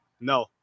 No